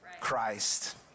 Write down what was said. Christ